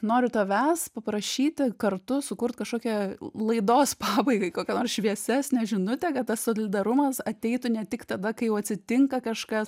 noriu tavęs paprašyti kartu sukurt kažkokią laidos pabaigai kokią nors šviesesnę žinutę kad tas solidarumas ateitų ne tik tada kai jau atsitinka kažkas